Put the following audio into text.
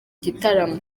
gitaramo